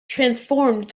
transformed